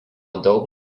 daug